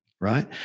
right